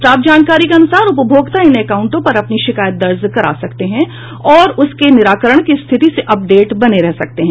प्राप्त जानकारी के अनुसार उपभोक्ता इन अकाउंटों पर अपनी शिकायत दर्ज करा सकते हैं और उसके निराकरण की स्थिति से अपडेट बने रह सकते हैं